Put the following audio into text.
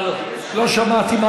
לא שמעתי.